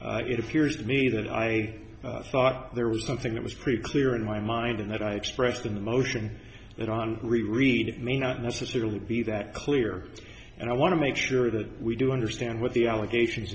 initially it appears to me that i thought there was something that was pretty clear in my mind and that i expressed in the motion that on reread it may not necessarily be that clear and i want to make sure that we do understand what the allegations